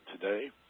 today